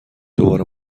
دوباره